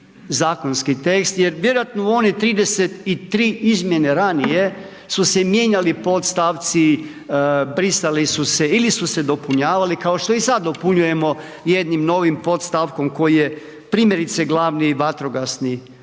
zakonski tekst. Jer vjerojatno u one 33 izmjene ranije su se mijenjali podstavci, brisali su se ili su se dopunjavali kao što i sad dopunjujemo jednim novim podstavkom koji je primjerice glavni vatrogasni